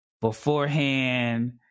beforehand